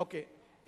אוקיי.